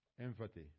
Empathy